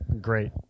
Great